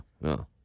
No